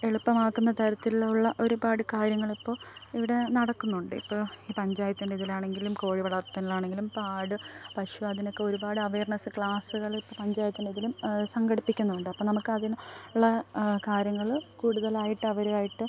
എളുപ്പമാക്കുന്ന തരത്തിലുള്ള ഒരുപാട് കാര്യങ്ങളിപ്പോൾ ഇവിടെ നടക്കുന്നുണ്ട് ഇപ്പോൾ പഞ്ചായത്തിന്റിതിലാണെങ്കിലും കോഴി വളര്ത്തല്ന് ആയണെങ്കിലും ഇപ്പോൾ ആട് പശു അതിനൊക്കെ ഒരുപാട് അവേര്ന്നസ് ക്ലാസുകൾ ഇപ്പോൾ പഞ്ചായത്തിനിതിലും സംഘടിപ്പിക്കുന്നുണ്ട് അപ്പോൾ നമുക്കതിന് ഉള്ള കാര്യങ്ങൾ കൂടുതലായിട്ട് അവരായിട്ട്